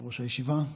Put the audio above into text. יושב-ראש הישיבה,